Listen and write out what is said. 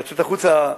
לצאת החוצה,